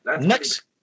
Next